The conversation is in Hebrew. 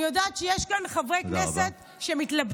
אני יודעת שיש כאן חברי כנסת שמתלבטים.